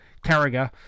Carragher